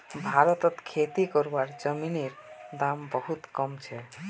भारतत खेती करवार जमीनेर दाम बहुत कम छे